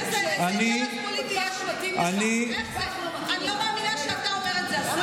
איזה, אני לא מאמינה שאתה אומר את זה, השר.